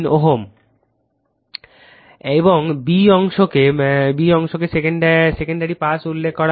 এখন B অংশকে secondary পাশ উল্লেখ করা হয়